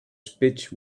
speech